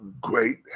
great